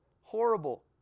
horrible